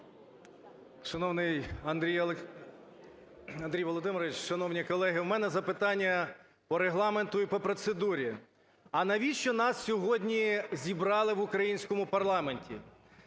Шановний Андрій Володимирович, шановні колеги, в мене запитання по Регламенту і по процедурі. А навіщо нас сьогодні зібрали в українському парламенті?